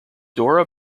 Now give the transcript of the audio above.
dora